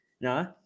No